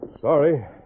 Sorry